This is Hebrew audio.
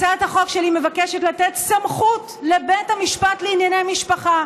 הצעת החוק שלי מבקשת לתת סמכות לבית המשפט לענייני משפחה,